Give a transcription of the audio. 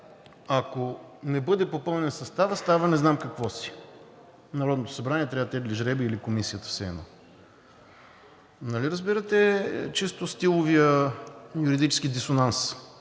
„Ако не бъде попълнен съставът, става еди-какво си“ – Народното събрание трябва да тегли жребий, или Комисията – все едно. Нали разбирате чисто стиловия юридическия дисонанс?